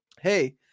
hey